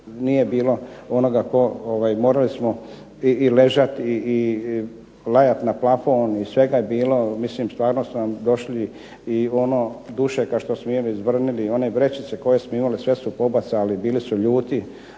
nije bilo onoga, morali smo i ležati i lajati na plafon i svega je bilo. Mislim stvarno su nam došli i ono dušeka što smo jeli izvrnuli, one vrećice koje smo imali sve su pobacali. Bili su ljuti,